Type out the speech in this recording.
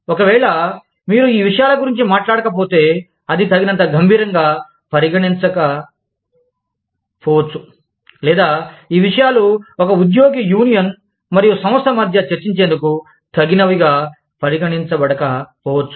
ఒకవేళ మీరు ఈ విషయాల గురించి మాట్లాడకపోతే అది తగినంత గంభీరంగా పరిగణించబడకపోవచ్చు లేదా ఈ విషయాలు ఒక ఉద్యోగి యూనియన్ మరియు సంస్థ మధ్య చర్చించేందుకు తగినవిగా పరిగణించబడకపోవచ్చు